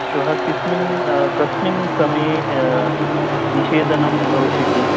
श्व किस्मिन् कस्मिन् समये निषेदनं भविष्यति